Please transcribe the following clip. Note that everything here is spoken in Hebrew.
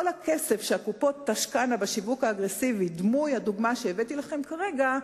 כל הכסף שהקופות תשקענה בשיווק האגרסיבי דמוי הדוגמה שהבאתי לכם כרגע,